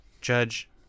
Judge